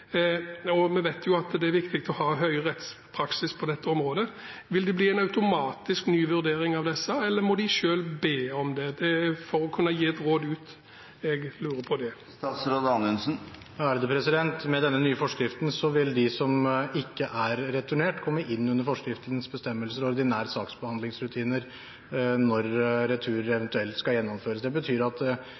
og vi vet jo at det er viktig å ha en høy rettspraksis på dette området. Vil det automatisk bli en ny vurdering av disse, eller må de selv be om det? Det er for å kunne gi et råd ut jeg lurer på det. Med denne nye forskriften vil de som ikke er returnert, komme inn under forskriftens bestemmelser og ordinære saksbehandlingsrutiner når retur eventuelt skal gjennomføres. Det betyr at